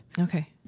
Okay